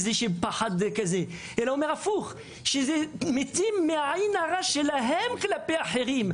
אלא מעין הרע שלהם כלפי אחרים.